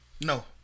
No